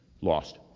lost